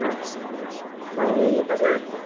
अच्छा ऐं हिन में